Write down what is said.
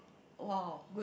!wow!